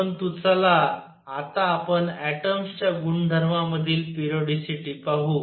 परंतु चला आता आपण ऍटॉम्स च्या गुणधर्मांमधील पेरिओडीसीटी पाहू